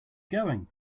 going